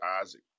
Isaac